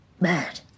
Mad